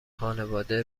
خانواده